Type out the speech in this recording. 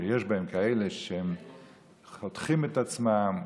שיש בהן כאלה שחותכים את עצמם,